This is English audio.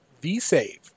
V-Save